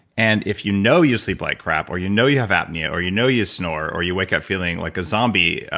and if you know you sleep like crap, or you know you have apnea, or you know you snore, or you wake up feeling like a zombie,